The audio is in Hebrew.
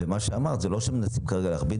ולגבי מה שאמרת זה לא שמנסים כרגע להכביד